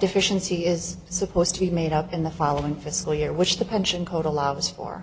deficiency is supposed to be made up in the following fiscal year which the pension code allows for